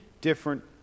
different